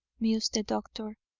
mused the doctor.